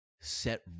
set